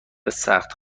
سخت